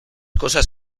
cosas